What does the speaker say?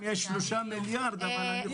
שהקימה את השדולה למניעת אובדנות ובריאות הנפש.